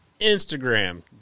Instagram